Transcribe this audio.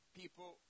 people